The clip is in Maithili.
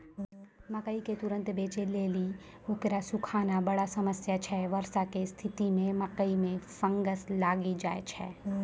मकई के तुरन्त बेचे लेली उकरा सुखाना बड़ा समस्या छैय वर्षा के स्तिथि मे मकई मे फंगस लागि जाय छैय?